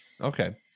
Okay